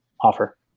offer